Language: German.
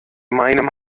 meinem